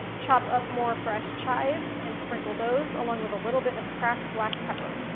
chop up more fresh chives and sprinkle those, along with a little bit of cracked black pepper.